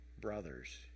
brothers